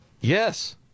Yes